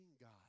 God